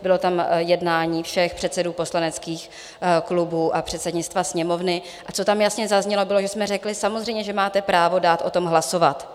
Bylo tam jednání všech předsedů poslaneckých klubů a předsednictva Sněmovny a co tam jasně zaznělo, bylo, že jsme řekli: Samozřejmě že máte právo dát o tom hlasovat.